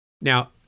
Now